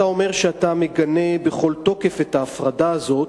אתה אומר שאתה מגנה בכל תוקף את ההפרדה הזאת,